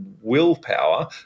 willpower